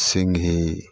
सिङ्गही